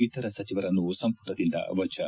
ಇತರ ಸಚಿವರನ್ನು ಸಂಪುಟದಿಂದ ವಜಾ